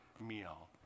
meal